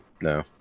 no